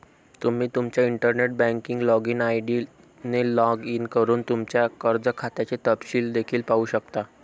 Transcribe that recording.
तुम्ही तुमच्या internet banking login ID ने लॉग इन करून तुमच्या कर्ज खात्याचे तपशील देखील पाहू शकता